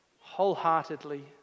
wholeheartedly